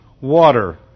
water